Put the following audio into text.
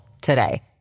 today